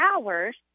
hours